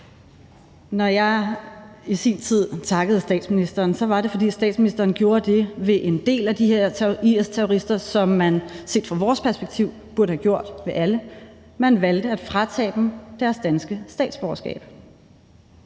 Når jeg i sin tid takkede statsministeren, var det, fordi statsministeren gjorde det ved en del af de her IS-terrorister, som man set fra vores perspektiv burde have gjort ved alle: Man valgte at fratage dem deres danske statsborgerskab.